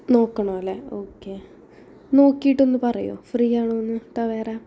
നോക്കണം അല്ലേ ഓക്കെ നോക്കിട്ടൊന്നു പറയോ ഫ്രീ ആണോന്ന് ടവേര